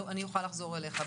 אני אוכל לחזור אליך.